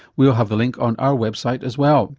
we'll have the link on our website as well.